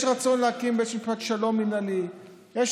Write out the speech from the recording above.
יש רצון להקים בית משפט שלום מינהלי; יש